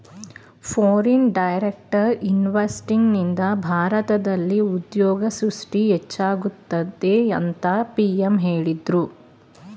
foreign direct ಇನ್ವೆಸ್ತ್ಮೆಂಟ್ನಿಂದ ಭಾರತದಲ್ಲಿ ಉದ್ಯೋಗ ಸೃಷ್ಟಿ ಹೆಚ್ಚಾಗುತ್ತದೆ ಅಂತ ಪಿ.ಎಂ ಹೇಳಿದ್ರು